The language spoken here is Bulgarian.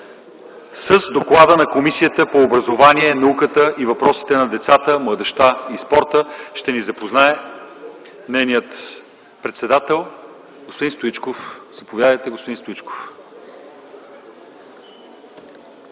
С доклада на Комисията по образованието, науката и въпросите на децата, младежта и спорта ще ни запознае нейният председател господин Стоичков. Заповядайте, господин Стоичков.